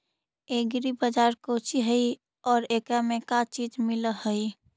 Agri बाजार कोची हई और एकरा में का का चीज मिलै हई?